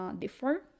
differ